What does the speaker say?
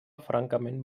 francament